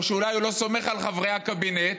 או שאולי הוא לא סומך על חברי הקבינט,